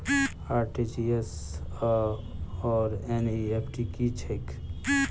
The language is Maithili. आर.टी.जी.एस आओर एन.ई.एफ.टी की छैक?